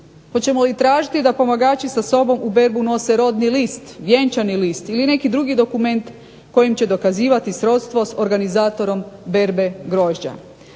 Hoćemo li tražiti da pomagači sa sobom u berbu nose rodni list, vjenčani list ili neki drugi dokument kojim će dokazivati srodstvo s organizatorom berbe grožđa?